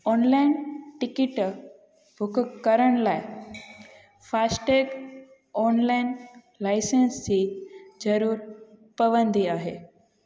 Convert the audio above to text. online ticket book करण लाइ फास्टे ऑनलाइन लाइसेंस जी ज़रुरत पवंदी आहे